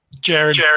Jared